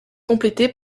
complété